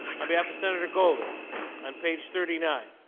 on behalf of senator golden and page thirty nine,